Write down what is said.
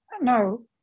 no